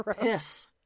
piss